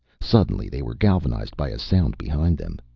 suddenly they were galvanized by a sound behind them.